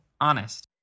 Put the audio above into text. Honest